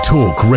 Talk